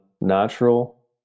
natural